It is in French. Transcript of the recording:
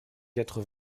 quatre